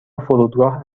فرودگاه